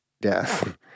death